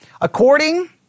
according